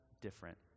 different